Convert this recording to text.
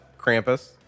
Krampus